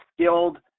skilled